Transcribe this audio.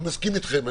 אני מסכים איתכם.